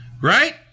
right